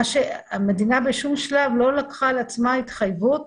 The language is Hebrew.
המדינה בשום שלב לא לקחה על עצמה התחייבות